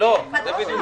לא, צריך קופסאות חדשות.